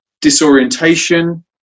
disorientation